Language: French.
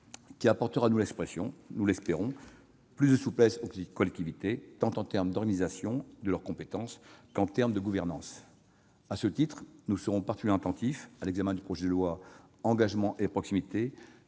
qui apportera- nous l'espérons -plus de souplesse aux collectivités, en termes tant d'organisation de leurs compétences que de gouvernance. À ce titre, nous serons particulièrement attentifs à l'examen du projet de loi Engagement et proximité